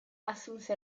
assunse